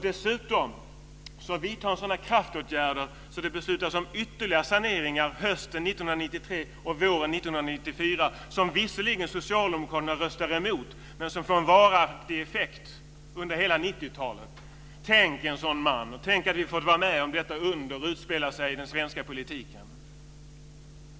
Dessutom vidtog han sådana kraftåtgärder att det beslutades om ytterligare saneringar hösten 1993 och våren 1994, som socialdemokraterna visserligen röstade emot men som fick en varaktig effekt under hela 90-talet. Tänk, en sådan man! Tänk att vi har fått vara med om detta under i den svenska politiken!